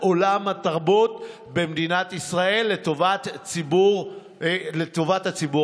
עולם התרבות במדינת ישראל לטובת הציבור הרחב.